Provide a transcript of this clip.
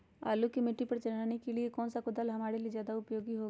आलू पर मिट्टी चढ़ाने के लिए कौन सा कुदाल हमारे लिए ज्यादा उपयोगी होगा?